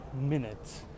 minutes